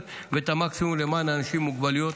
ואת המקסימום למען אנשים עם מוגבלויות.